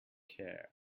care